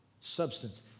Substance